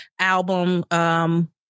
album